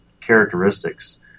characteristics